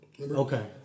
Okay